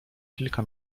kilka